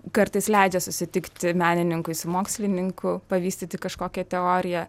kartais leidžia susitikti menininkui su mokslininku pavystyti kažkokią teoriją